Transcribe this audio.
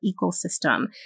ecosystem